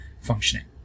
functioning